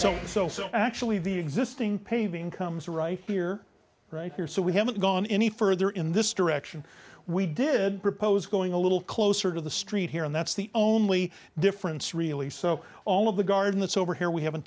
so so so actually the existing paving comes right here right here so we haven't gone any further in this direction we did propose going a little closer to the street here and that's the only difference really so all of the garden that's over here we haven't